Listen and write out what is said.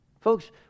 Folks